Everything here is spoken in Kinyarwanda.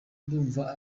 ndumva